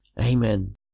Amen